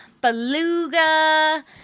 beluga